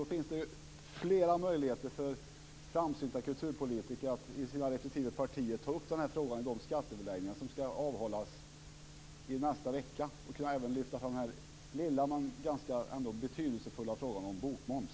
Då finns det fler möjligheter för framsynta kulturpolitiker att i sina respektive partier ta upp den här frågan i de skatteöverläggningar som skall avhållas i nästa vecka och även lyfta fram den ganska lilla men betydelsefulla frågan om bokmoms.